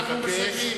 אנחנו מסיימים.